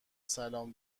سلام